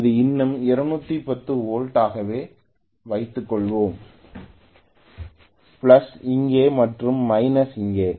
எனவே இது இன்னும் 210 வோல்ட் ஆகவே வைத்துக்கொள்வோம் பிளஸ் இங்கே மற்றும் மைனஸ் இங்கே